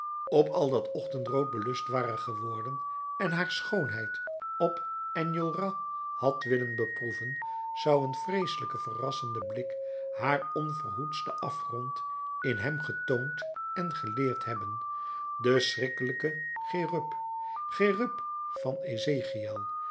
op al dat ochtendrood belust ware geworden en haar schoonheid op enjolras had willen beproeven zou een vreeselijke verrassende blik haar onverhoeds den afgrond in hem getoond en geleerd hebben den schrikkelijken cherub cherub van ezechiël